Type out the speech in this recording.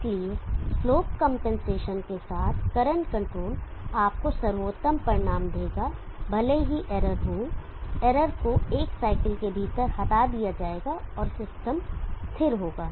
इसलिए slope compensation के साथ करंट कंट्रोल आपको सर्वोत्तम परिणाम देगा जहां भले ही इरर हों इरर को एक साइकिल के भीतर हटा दिया जाएगा और सिस्टम स्थिर होगा